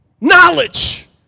knowledge